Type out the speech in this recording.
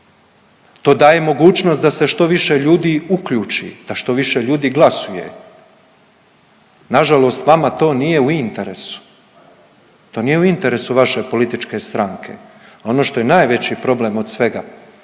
to daje mogućnost da se što više ljudi uključi, da što više ljudi glasuje. Nažalost, vama to nije u interesu, to nije u interesu vaše političke stranke, a ono što je najveći problem od svega,